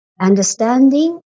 understanding